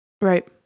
Right